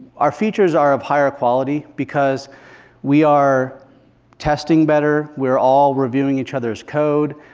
our features are of higher quality because we are testing better, we're all reviewing each others code,